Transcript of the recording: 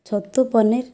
ଛତୁ ପନିର